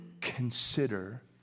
consider